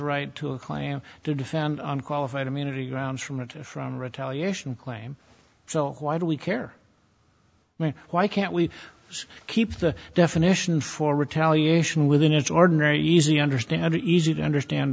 right to a clam to defend on qualified immunity grounds from and from retaliation claim so why do we care why can't we just keep the definition for retaliation within its ordinary easy understand easy to understand